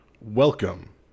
welcome